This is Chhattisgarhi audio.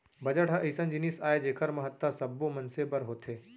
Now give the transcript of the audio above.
बजट ह अइसन जिनिस आय जेखर महत्ता सब्बो मनसे बर होथे